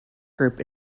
group